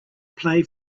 play